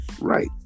Right